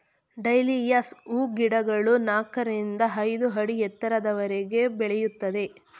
dahlias ಹೂಗಿಡಗಳು ನಾಲ್ಕರಿಂದ ಐದು ಅಡಿ ಎತ್ತರದವರೆಗೂ ಬೆಳೆಯುತ್ತವೆ